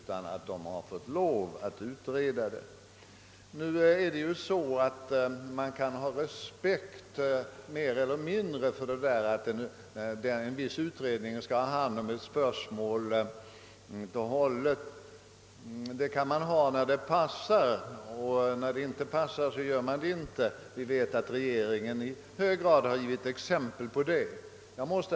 Man kan ha mer eller mindre stor respekt för att en viss utredning helt och hållet och i egen takt skall handlägga ett spörsmål. När det passar tycks det gå för sig men inte annars. Vi vet att regeringen i hög grad givit exempel härpå. Herr talman!